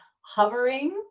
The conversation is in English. hovering